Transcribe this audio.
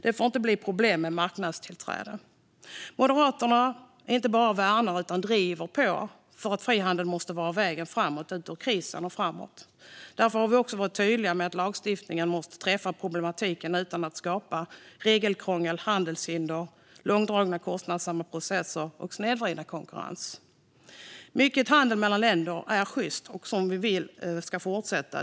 Det får inte bli problem med marknadstillträde. Moderaterna inte bara värnar frihandel utan driver på för att frihandel måste vara vägen ut ur krisen och framåt. Därför har vi varit tydliga med att lagstiftningen måste träffa problematiken utan att skapa regelkrångel, handelshinder, långdragna och kostsamma processer eller snedvriden konkurrens. Mycket handel mellan länder är sjyst, och det är något vi vill ska fortsätta.